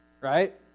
Right